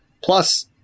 Plus